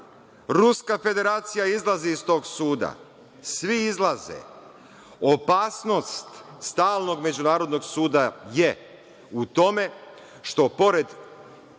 Ruska federacija izlazi iz tog suda, svi izlaze. Opasnost Stalnog međunarodnog suda je u tome što pored